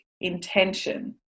intention